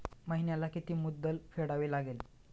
महिन्याला किती मुद्दल फेडावी लागेल?